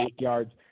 yards